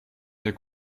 der